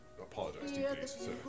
apologize